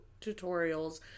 tutorials